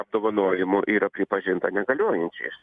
apdovanojimų yra pripažinta negaliojančiais